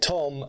Tom